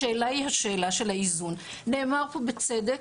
השאלה היא השאלה של האיזון, נאמר פה בצדק,